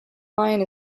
mine